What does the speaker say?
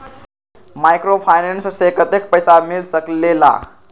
Microfinance से कतेक पैसा मिल सकले ला?